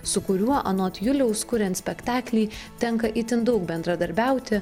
su kuriuo anot juliaus kuriant spektaklį tenka itin daug bendradarbiauti